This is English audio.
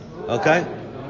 Okay